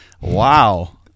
Wow